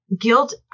guilt